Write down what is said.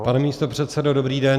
Pane místopředsedo, dobrý den.